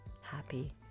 happy